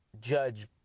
judge